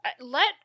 Let